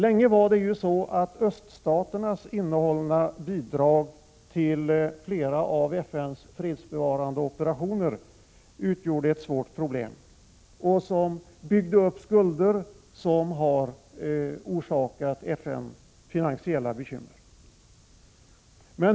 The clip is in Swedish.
Under en lång tid utgjorde öststaternas innehållna bidrag till flera av FN:s fredsbevarande operationer ett svårt problem. På så sätt byggdes skulder upp som har orsakat FN finansiella bekymmer.